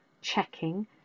checking